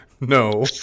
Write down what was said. No